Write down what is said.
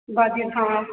बाक़ी हा